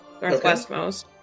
northwestmost